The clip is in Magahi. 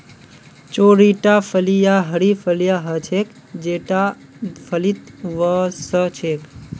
चौड़ीटा फलियाँ हरी फलियां ह छेक जेता फलीत वो स छेक